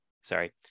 sorry